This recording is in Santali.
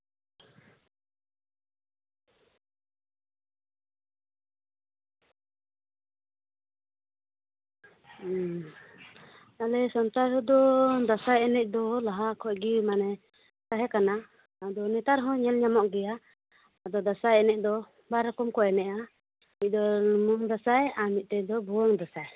ᱦᱩᱸ ᱟᱞᱮ ᱥᱟᱶᱛᱟ ᱨᱮᱫᱚ ᱫᱟᱸᱥᱟᱭ ᱮᱱᱮᱡ ᱫᱚ ᱞᱟᱦᱟ ᱠᱷᱚᱱ ᱜᱮ ᱢᱟᱱᱮ ᱛᱟᱦᱮᱸ ᱠᱟᱱᱟ ᱟᱫᱚ ᱱᱮᱛᱟᱨ ᱦᱚᱸ ᱧᱮᱞ ᱧᱟᱢᱚᱜ ᱜᱮᱭᱟ ᱟᱫᱚ ᱫᱟᱸᱥᱟᱭ ᱮᱱᱮᱡ ᱫᱚ ᱵᱟᱨ ᱨᱚᱠᱚᱢ ᱠᱚ ᱮᱱᱮᱡᱼᱟ ᱢᱤᱫ ᱫᱚ ᱞᱩᱢᱟᱹᱝ ᱫᱟᱸᱥᱟᱭ ᱟᱨ ᱢᱤᱫᱴᱮᱱ ᱫᱚ ᱵᱷᱩᱣᱟᱹᱝ ᱫᱟᱸᱥᱟᱭ